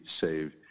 save